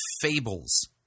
fables